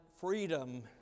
freedom